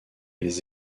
les